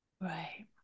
right